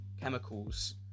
chemicals